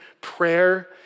prayer